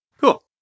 Cool